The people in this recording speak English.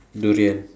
durian